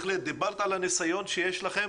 דיברת על הניסיון שיש לכם.